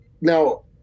Now